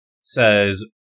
says